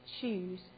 choose